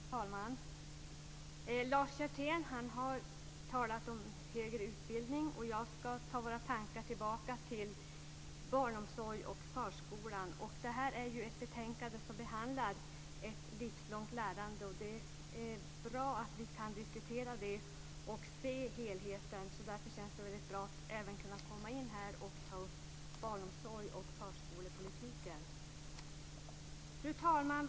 Fru talman! Lars Hjertén har talat om högre utbildning. Jag ska föra våra tankar tillbaka till barnomsorg och förskola. Detta betänkande behandlar ett livslångt lärande. Det är bra att vi kan diskutera det och se till helheten, och därför känns det väldigt bra att här kunna ta upp barnomsorgs och förskolepolitiken. Fru talman!